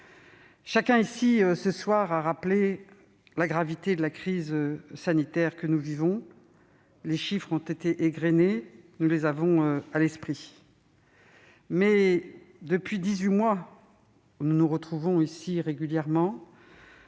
chacun ici, ce soir, a rappelé la gravité de la crise sanitaire que nous vivons. Les chiffres ont été égrainés, nous les avons à l'esprit. Mais, depuis dix-huit mois, nous nous retrouvons ici régulièrement.